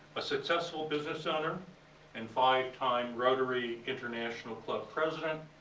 a successful business owner and five-time rotary international club president,